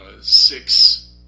six